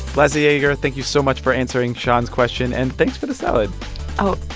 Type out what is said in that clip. liza yeager, thank you so much for answering sean's question. and thanks for the salad oh,